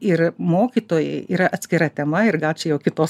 ir mokytojai yra atskira tema ir gal čia jau kitos